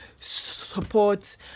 support